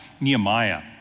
Nehemiah